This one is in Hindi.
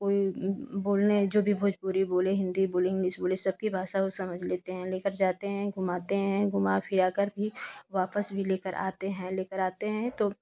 कोई बोलने जो भी भोजपुरी बोले हिंदी बोले इंग्लिश बोले जबकी भाषा वह समझ लेते हैं लेकर जाते हैं घुमाते हैं घूमा फिरा कर भी वापस भी लेकर आते हैं लेकर आते हैं तो